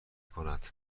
کند